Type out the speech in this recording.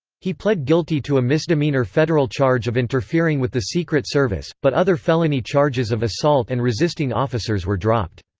he pled guilty to a misdemeanor federal charge of interfering with the secret service, but other felony charges of assault and resisting officers were dropped.